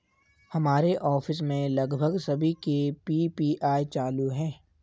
हमारे ऑफिस में लगभग सभी के पी.पी.आई चालू है